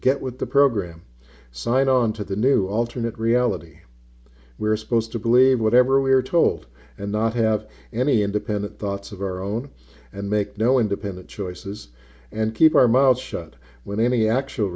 get with the program signed on to the new alternate reality we're supposed to believe whatever we are told and not have any independent thoughts of our own and make no independent choices and keep our mouths shut when any actual